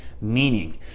meaning